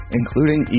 including